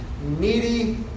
needy